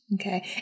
Okay